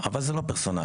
אבל זה לא פרסונלי.